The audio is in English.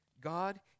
God